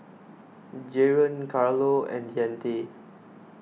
Jaron Carlo and Deante